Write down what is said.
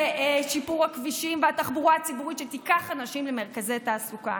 בשיפור הכבישים והתחבורה הציבורית שתיקח אנשים למרכזי תעסוקה.